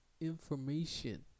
information